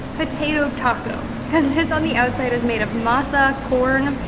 potato taco because this on the outside is made of masa, corn.